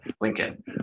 Lincoln